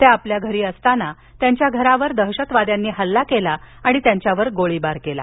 ते आपल्या घरी असताना त्यांच्या घरावर दहशतवाद्यांनी हल्ला केला आणि त्यांच्यावर गोळीबार केला